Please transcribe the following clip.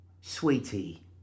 Sweetie